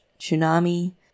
tsunami